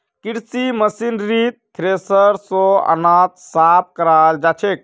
कृषि मशीनरीत थ्रेसर स अनाज साफ कराल जाछेक